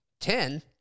ten